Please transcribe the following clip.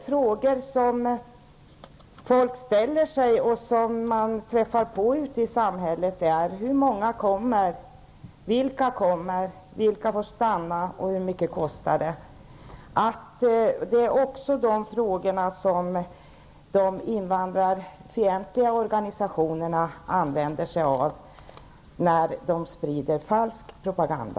Frågor som folk ställer och som man får ute i samhället är dessa: Hur många kommer, vilka kommer, vilka får stanna och hur mycket kostar det? Det är också de frågorna som de invandrarfientliga organisationerna tar upp när de sprider falsk propaganda.